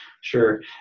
sure